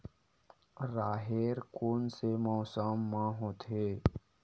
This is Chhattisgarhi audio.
राहेर कोन से मौसम म होथे?